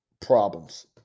problems